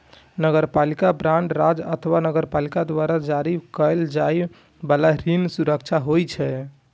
नगरपालिका बांड राज्य अथवा नगरपालिका द्वारा जारी कैल जाइ बला ऋण सुरक्षा होइ छै